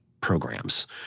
programs